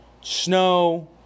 Snow